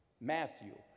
Matthew